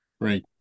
Right